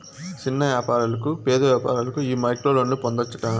సిన్న యాపారులకు, పేద వ్యాపారులకు ఈ మైక్రోలోన్లు పొందచ్చట